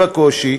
עם כל הקושי,